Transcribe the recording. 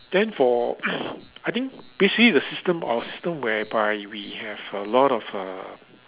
then for I think basically the system our system whereby we have a lot of uh